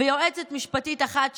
ויועצת משפטית אחת שקיבלנו,